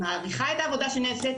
אני מעריכה את העבודה שנעשית,